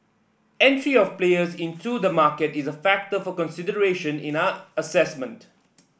entry of players into the market is a factor for consideration in our assessment